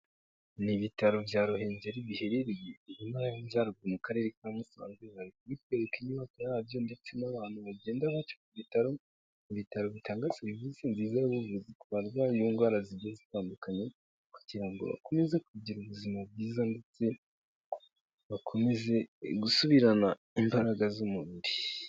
N'ibitaro bya ruhengeri biherereye mu ntara y'amajyaruguru mu karere ka musanze bari kubitwereka inyuma yabyo ndetse n'abantu bagenda baca ku bitaro, mu ibitaro bitanga serivisi nziza y'ubuvu ku barwayi biindwara zigiye zitandukanye kugira ngo bakomeze kugira ubuzima bwiza ndetse bakomeze gusubirana imbaraga z'umubiri.